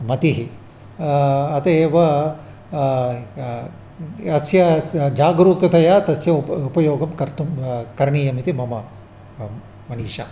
मतिः अतः एव अस्य जागृकतया तस्य उप उपयोगं कर्तुं करणीयमिति मम मनीषा